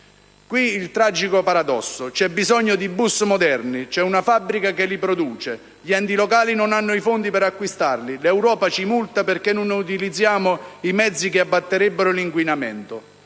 Qui il tragico paradosso: c'è bisogno di bus moderni, c'è una fabbrica che li produce, gli enti locali non hanno i fondi per acquistarli, l'Europa ci multa perché non utilizziamo i mezzi che abbatterebbero l'inquinamento.